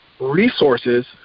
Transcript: resources